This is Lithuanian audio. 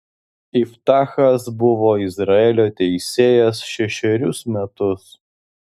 iftachas buvo izraelio teisėjas šešerius metus